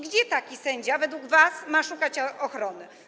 Gdzie taki sędzia według was ma szukać ochrony?